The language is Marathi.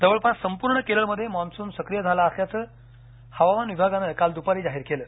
जवळपास संपूर्ण केरळमध्ये मॉन्सून सक्रीय झाला असल्याचं हवामान विभागानं काल दुपारी जाहीर केलं